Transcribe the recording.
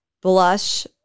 blush